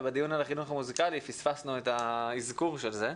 ובדיון על החינוך המוזיקלי פספסנו את האזכור של זה.